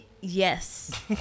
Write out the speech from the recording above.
Yes